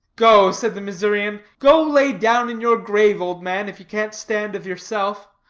go, said the missourian, go lay down in your grave, old man, if you can't stand of yourself.